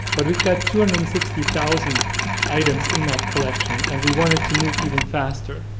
but we got two hundred and sixty thousand items in that collection and we wanted to move even faster.